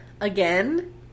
Again